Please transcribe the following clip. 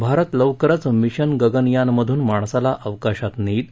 भारत लवकरच मिशन गगनयानमधून माणसाला अवकाशात नेईल